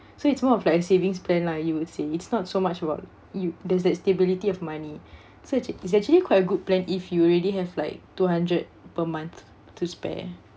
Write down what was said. so it's more of like a savings plan lah you would say it's not so much about you there's that stability of money so it it's actually quite a good plan if you already have like two hundred per month to spare